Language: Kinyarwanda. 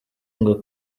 ngo